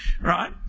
right